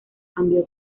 cambio